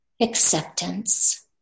acceptance